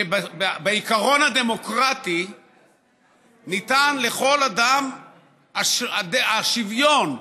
שבעיקרון הדמוקרטי ניתן לכל אדם השוויון,